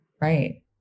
right